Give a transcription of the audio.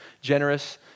generous